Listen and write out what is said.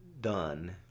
done